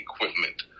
equipment